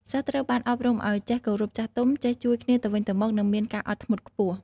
សិស្សត្រូវបានអប់រំឲ្យចេះគោរពចាស់ទុំ ចេះជួយគ្នាទៅវិញទៅមក និងមានការអត់ធ្មត់ខ្ពស់។